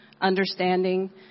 understanding